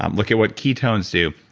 um look at what key tones do.